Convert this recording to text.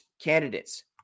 candidates